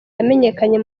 yamenyekanye